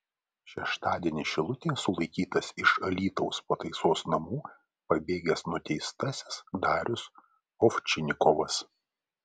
šeštadienį šilutėje sulaikytas iš alytaus pataisos namų pabėgęs nuteistasis darius ovčinikovas